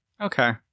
Okay